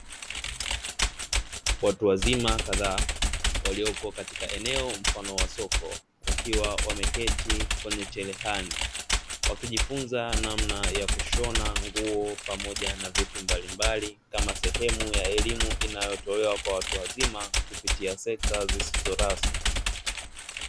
Watu wazima kadhaa waliopo katika eneo mfano wa soko wakiwa wameketi kwenye cherehani, wakijifunza namna ya kushona nguo pamoja na vitu mbalimbali kama sehemu ya elimu inayotolewa kwa watu wazima kupitia sekta zisizo rasmi.